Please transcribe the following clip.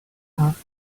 off